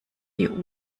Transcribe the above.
die